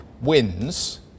wins